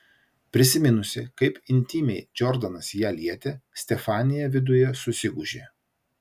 prisiminusi kaip intymiai džordanas ją lietė stefanija viduje susigūžė